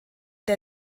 der